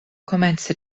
komence